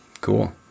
Cool